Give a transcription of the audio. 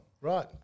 Right